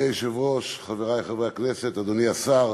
אדוני השר,